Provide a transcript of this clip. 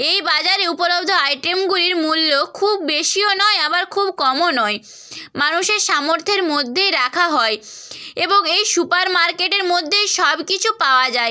এই বাজারে উপলব্ধ আইটেমগুলির মূল্য খুব বেশিও নয় আবার খুব কমও নয় মানুষের সামর্থ্যের মধ্যেই রাখা হয় এবং এই সুপার মার্কেটের মধ্যেও সব কিছু পাওয়া যায়